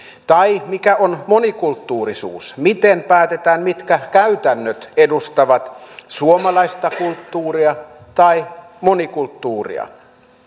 tai mikä on monikulttuurisuus miten päätetään mitkä käytännöt edustavat suomalaista kulttuuria tai monikulttuuria